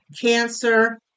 cancer